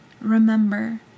Remember